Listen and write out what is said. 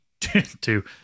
Two